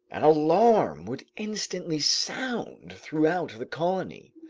an alarm would instantly sound throughout the colony.